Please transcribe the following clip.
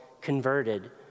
converted